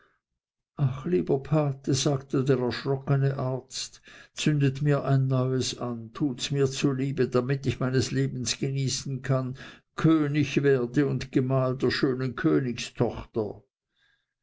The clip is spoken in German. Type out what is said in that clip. ach lieber pate sagte der erschrockene arzt zündet mir ein neues an tut mirs zuliebe damit ich meines lebens genießen kann könig werde und gemahl der schönen königstochter